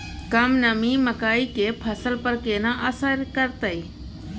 कम नमी मकई के फसल पर केना असर करतय?